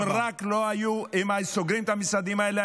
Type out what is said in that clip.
אם היו סוגרים את המשרדים האלה,